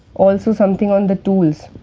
also something on the tools,